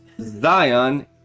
Zion